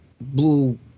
blue